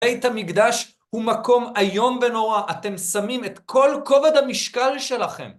בית המקדש הוא מקום איום ונורא, אתם שמים את כל כובד המשקל שלכם.